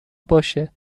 باشه